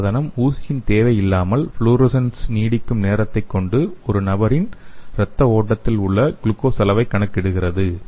இந்த சாதனம் ஊசியின் தேவை இல்லாமல் ஃப்ளோரசன்ஸ் நீடிக்கும் நேரத்தை கொண்டு ஒரு நபரின் இரத்த ஓட்டத்தில் உள்ள குளுக்கோஸ் அளவைக் கணக்கிடுகிறது